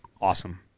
awesome